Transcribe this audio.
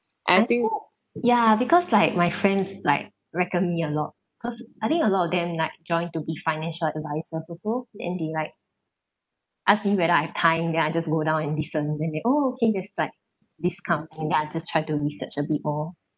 I don't think ya because like my friends like reckon me a lot cause I think a lot of them like joined to be financial advisers also then they like ask me whether I have time then I just go down and listen then they oh okay just like please come and then I just try to research a bit more